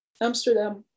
Amsterdam